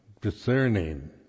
discerning